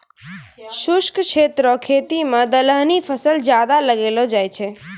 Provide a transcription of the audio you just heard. शुष्क क्षेत्र रो खेती मे दलहनी फसल ज्यादा लगैलो जाय छै